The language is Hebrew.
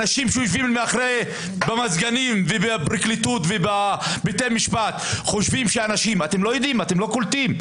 אנשים יושבים במזגנים בפרקליטות ובבתי המשפט לא קולטים.